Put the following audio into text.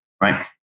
right